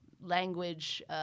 language